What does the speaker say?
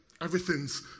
Everything's